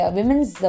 women's